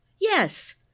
Yes